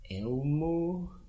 Elmo